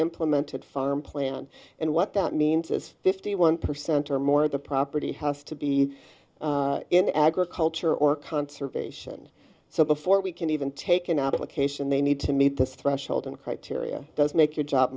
implemented farm plan and what that means is fifty one percent or more of the property has to be in agriculture or conservation so before we can even take an application they need to meet this threshold and criteria does make your job